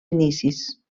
inicis